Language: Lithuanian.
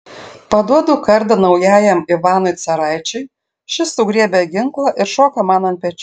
paduodu kardą naujajam ivanui caraičiui šis sugriebia ginklą ir šoka man ant pečių